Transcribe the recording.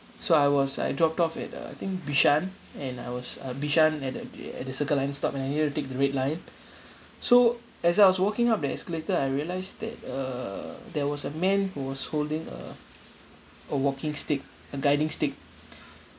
so I was I dropped off at uh I think Bishan and I was uh Bishan at the uh at the circle line stop and I'm you know to take the red line so as I was walking up the escalator I realised that uh there was a man who was holding a a walking stick a guiding stick